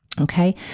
Okay